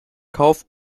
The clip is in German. kauf